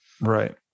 Right